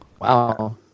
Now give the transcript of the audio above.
Wow